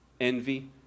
Envy